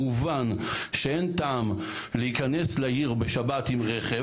מובן שאין טעם להיכנס לעיר בשבת עם רכב.